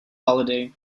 holiday